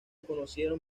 conocieron